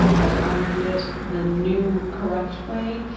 i've ironed it the new correct way,